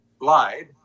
lied